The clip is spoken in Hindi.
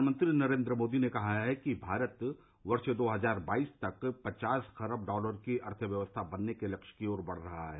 प्रधानमंत्री नरेन्द्र मोदी ने कहा है कि भारत वर्ष दो हजार बाईस तक पचास खरब डॉलर की अर्थव्यवस्था बनने के लक्ष्य की ओर बढ़ रहा है